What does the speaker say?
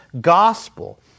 gospel